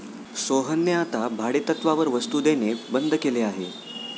सोहनने आता भाडेतत्त्वावर वस्तु देणे बंद केले आहे